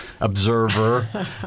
observer